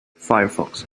firefox